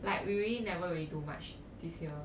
like we really never really do much this year